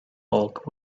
bulk